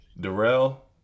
Darrell